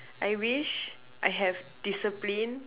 I wish I have discipline